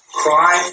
cry